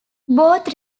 both